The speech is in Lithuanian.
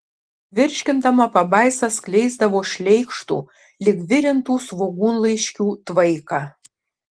virškindama pabaisa skleisdavo šleikštų lyg virintų svogūnlaiškių tvaiką